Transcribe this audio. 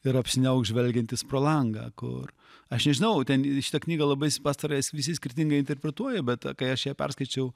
ir apsiniauks žvelgiantys pro langą kur aš nežinau ten šitą knygą labai pastarąją visi skirtingai interpretuoja bet kai aš ją perskaičiau